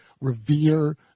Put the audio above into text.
revere